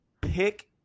pick